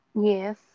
Yes